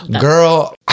girl